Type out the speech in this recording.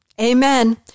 Amen